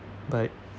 bye